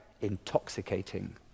intoxicating